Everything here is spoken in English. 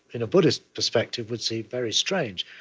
in a buddhist perspective, would seem very strange.